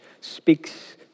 speaks